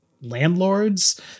landlords